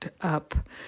up